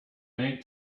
bank